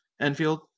Enfield